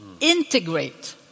integrate